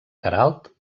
queralt